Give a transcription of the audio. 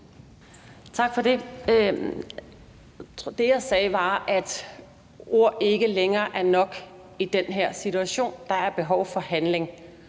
Tak for det. Det, jeg sagde, var, at ord ikke længere er nok i den her situation; der er behov for handling.